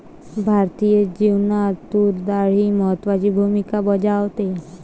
भारतीय जेवणात तूर डाळ ही महत्त्वाची भूमिका बजावते